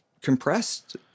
compressed